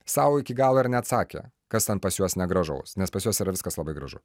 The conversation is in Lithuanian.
sau iki galo ir neatsakė kas ten pas juos negražaus nes pas juos yra viskas labai gražu